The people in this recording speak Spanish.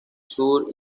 sur